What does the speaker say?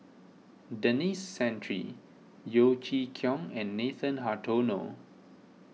Denis Santry Yeo Chee Kiong and Nathan Hartono